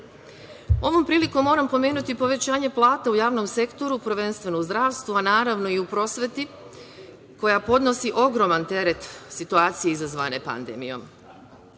prilikom moram pomenuti povećanje plata u javnom sektoru, prvenstveno u zdravstvu, a naravno i u prosveti koja podnosi ogroman teret situacije izazvane pandemijom. Kada